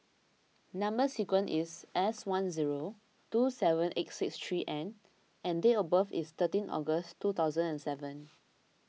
Number Sequence is S one zero two seven eight six three N and date of birth is thirteen August two thousand and seven